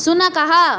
शुनकः